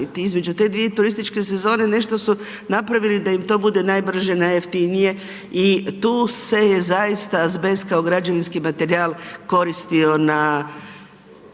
Između te dvije turističke sezone nešto su napravili da im to bude najbrže, najjeftinije i tu se je zaista azbest kao građevinski materijal koristio na